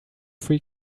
free